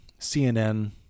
CNN